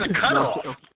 cutoff